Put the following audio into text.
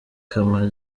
ama